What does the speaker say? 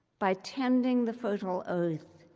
by tending the fertile earth,